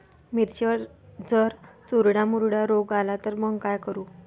मिर्चीवर जर चुर्डा मुर्डा रोग आला त मंग का करू?